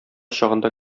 чагында